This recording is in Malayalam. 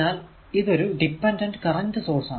അതിനാൽ ഇതൊരു ഡിപെൻഡന്റ് കറന്റ് സോഴ്സ് ആണ്